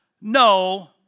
no